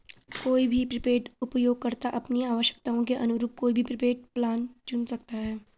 कोई भी प्रीपेड उपयोगकर्ता अपनी आवश्यकताओं के अनुरूप कोई भी प्रीपेड प्लान चुन सकता है